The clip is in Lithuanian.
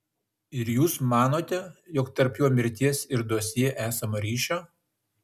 ir jūs manote jog tarp jo mirties ir dosjė esama ryšio